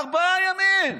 ארבעה ימים.